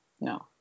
No